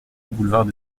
boulevard